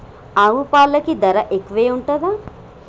ఆవు పాలకి ధర ఎక్కువే ఉంటదా?